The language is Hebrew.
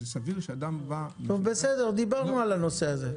זה צריך להיות תחום סביר שאדם יוכל לרכוש במקום כזה.